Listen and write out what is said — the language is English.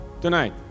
tonight